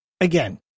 again